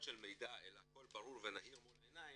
מידע אלא הכל ברור ונהיר מול העיניים,